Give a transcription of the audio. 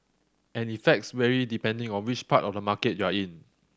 and effects vary depending on which part of the market you're in